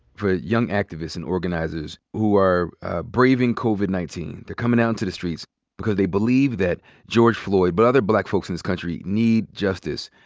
for young activists and organizers who are braving covid nineteen, they're coming out into the streets because they believe that george floyd but other black folks in this country need justice,